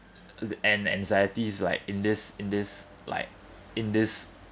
the and anxieties like in this in this like in this